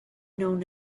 known